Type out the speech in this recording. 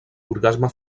orgasme